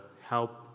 help